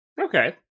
okay